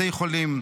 בתי חולים,